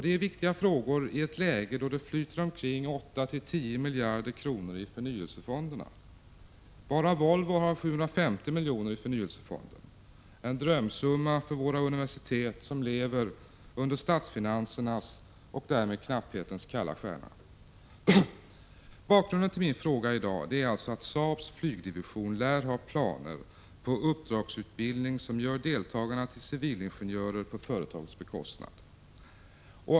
Det är viktiga frågor i ett läge då det flyter omkring 8-10 miljarder kronor i förnyelsefonderna. Bara Volvo har 750 miljoner i förnyelsefonden — en drömsumma för våra universitet, som lever under statsfinansernas och därmed knapphetens kalla stjärna. Bakgrunden till min fråga i dag är alltså att Saabs flygdivision lär ha planer på uppdragsutbildning som gör deltagarna till civilingenjörer på företagets bekostnad.